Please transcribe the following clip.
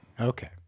Okay